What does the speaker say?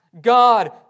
God